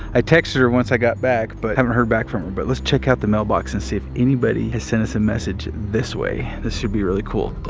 i texted her once i got back, but haven't heard back from her. but let's check out the mailbox and see if anybody has sent us a message this way. this should be really cool.